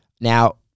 now